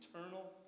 eternal